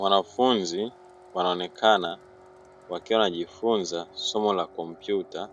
Wanafunzi wanaonekana wakiwa wanajifunza somo la kompyuta,